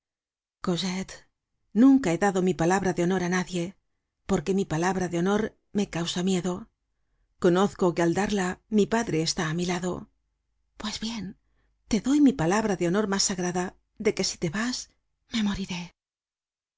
nunca he dado mi palabra de honor á nadie porque mi palabra de honor me causa miedo conozco que al darla mi padre está á mi lado pues bien te doy mi palabra de honor mas sagrada de que si te vas me moriré